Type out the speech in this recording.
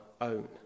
own